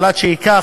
אבל עד שייקח,